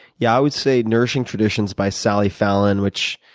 yeah. i would say nourishing traditions by sally fallon, which